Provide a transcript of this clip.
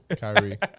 Kyrie